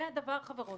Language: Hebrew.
זה הדבר, חברות.